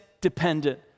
dependent